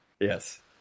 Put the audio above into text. Yes